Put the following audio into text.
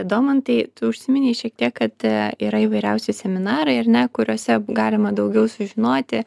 domantai tu užsiminei šiek tiek kad yra įvairiausi seminarai ar ne kuriuose galima daugiau sužinoti